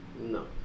No